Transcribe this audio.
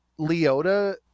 Leota